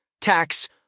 tax